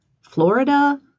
Florida